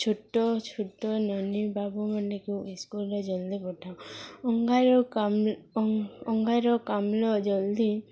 ଛୋଟ ଛୋଟ ନନୀ ବାବୁମାନେକୁ ଇସ୍କୁଲରେ ଜଲ୍ଦି ପଠାଉ ଅଙ୍ଗାରକାମ ଅଙ୍ଗାରକାମ୍ଳ ଜଲ୍ଦି